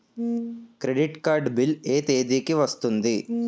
Credit card bill ఎ తేదీ కి వస్తుంది?